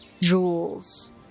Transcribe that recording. jewels